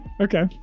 okay